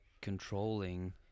controlling